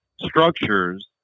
structures